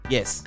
Yes